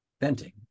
venting